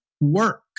work